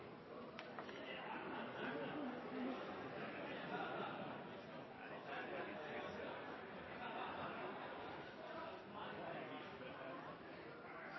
Det er